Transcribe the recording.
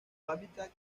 hábitat